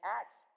Acts